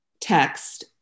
text